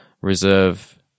reserve